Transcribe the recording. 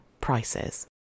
prices